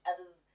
other's